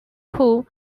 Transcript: who